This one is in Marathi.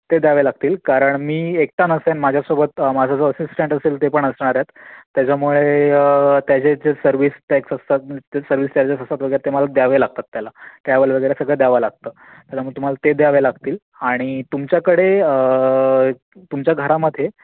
ते द्यावे लागतील कारण मी एकटा नसेन माझ्यासोबत माझा जो असिस्टंट असेल ते पण असणार आहेत त्याच्यामुळे त्याचे जे सर्व्हिस टॅक्स असतात ते सर्व्हिस चार्जेस असतात वगैरे ते मला द्यावे लागतात त्याला ट्रॅव्हल वगैरे सगळं द्यावं लागतं त्यामुळं तुम्हाला ते द्यावे लागतील आणि तुमच्याकडे तुमच्या घरामध्ये